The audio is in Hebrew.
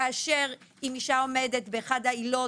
כאשר אם אישה עומדת באחת העילות,